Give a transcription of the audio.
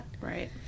Right